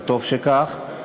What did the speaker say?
וטוב שכך.